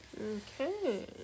Okay